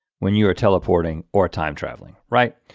when you're teleporting or time traveling, right?